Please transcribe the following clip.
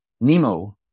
Nemo